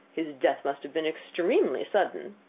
his death must have been extremely sudden.